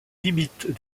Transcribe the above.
limites